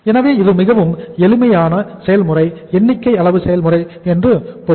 எனவே இது மிகவும் எளிமையான செயல்முறை எண்ணிக்கை அளவு செயல்முறை என்று பொருள்